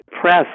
press